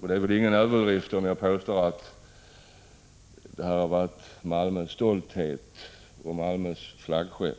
Det är väl ingen överdrift om jag påstår att varvet varit Malmös stolthet och dess flaggskepp.